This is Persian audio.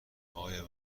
آیا